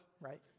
right